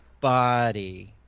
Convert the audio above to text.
body